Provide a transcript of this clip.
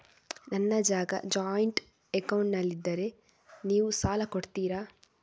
ನನ್ನ ಜಾಗ ಜಾಯಿಂಟ್ ಅಕೌಂಟ್ನಲ್ಲಿದ್ದರೆ ನೀವು ಸಾಲ ಕೊಡ್ತೀರಾ?